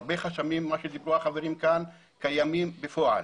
הרבה חסמים קיימים בפועל.